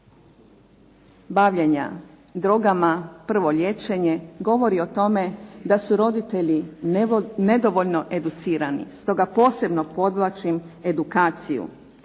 bavljenja drogama prvo liječenje govori o tome da su roditelji nedovoljno educirani stoga posebno podvlačim edukaciju